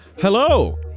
Hello